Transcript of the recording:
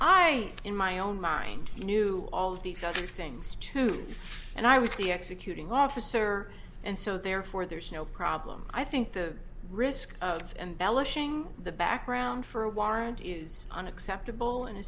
i in my own mind knew all of these other things too and i was the executing officer and so therefore there's no problem i think the risk of embellishing the background for a warrant is unacceptable in a